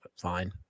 Fine